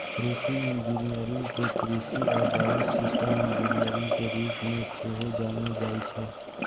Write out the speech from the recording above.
कृषि इंजीनियरिंग कें कृषि आ बायोसिस्टम इंजीनियरिंग के रूप मे सेहो जानल जाइ छै